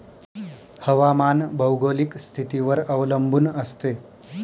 हवामान भौगोलिक स्थितीवर अवलंबून असते